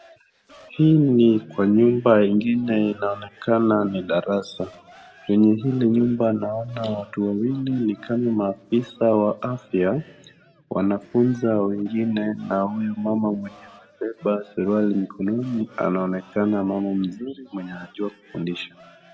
Hii ni kwa nyumba ingine inaonekana ni darasa, kwenye hili nyumba naona watu wawili ni kama maafisa wa afya wanafunza wengine na huyu mama mwenye amebeba suruali mkononi anaonekana mama mzuri mwenye anajua kufundisha.